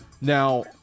Now